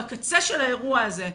בקצה של האירוע הזה,